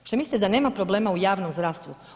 Šta mislite da nema problema u javnom zdravstvu?